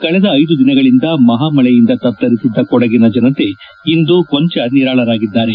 ಕಳೆದ ಐದು ದಿನಗಳಿಂದ ಮಹಾಮಳೆಯಿಂದ ತತ್ತರಿಸಿದ್ದ ಕೊಡಗಿನ ಜನತೆ ಇಂದು ಕೊಂಚ ನಿರಾಳರಾಗಿದ್ದಾರೆ